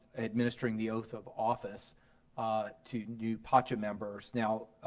administering the oath of office to new pacha members. now,